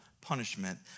punishment